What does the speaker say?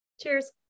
Cheers